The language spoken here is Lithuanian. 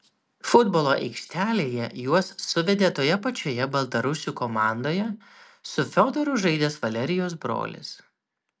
futbolo aikštelėje juos suvedė toje pačioje baltarusių komandoje su fiodoru žaidęs valerijos brolis